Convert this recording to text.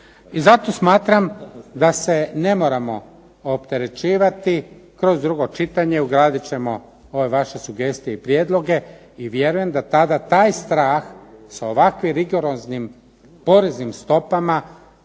I zato smatram da se ne moramo opterećivati. Kroz drugo čitanje ugradit ćemo ove vaše sugestije i prijedloge i vjerujem da tada taj strah sa ovakvim rigoroznim poreznim stopama